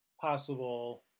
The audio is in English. possible